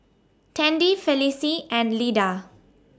Tandy Felicie and Lida